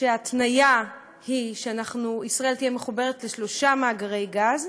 ההתניה היא שישראל תהיה מחוברת לשלושה מאגרי גז: